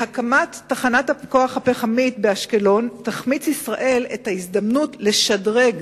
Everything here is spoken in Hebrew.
בהקמת תחנת הכוח הפחמית באשקלון תחמיץ ישראל את ההזדמנות לשדרג